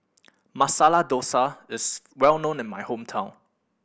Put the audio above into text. Masala Dosa is well known in my hometown